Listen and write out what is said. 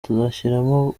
tuzashyiramo